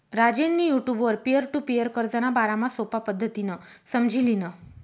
राजेंनी युटुबवर peer to peer कर्जना बारामा सोपा पद्धतीनं समझी ल्हिनं